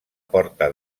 porta